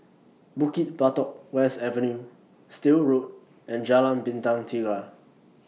Bukit Batok West Avenue Still Road and Jalan Bintang Tiga